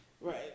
right